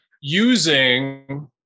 Using